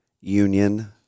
Union